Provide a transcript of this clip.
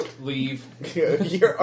leave